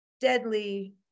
deadly